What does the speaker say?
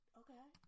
okay